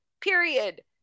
Period